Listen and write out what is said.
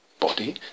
body